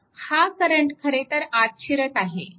तर हा करंट खरेतर आत शिरत आहे